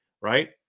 right